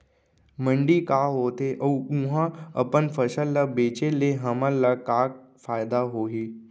मंडी का होथे अऊ उहा अपन फसल ला बेचे ले हमन ला का फायदा होही?